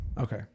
Okay